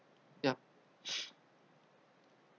ya